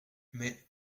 mais